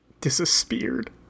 Disappeared